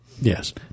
Yes